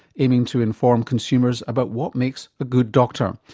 aiming to inform consumers about what makes a good doctor.